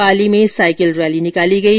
पाली में cycle rally निकाली गई